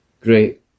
great